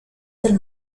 del